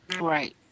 Right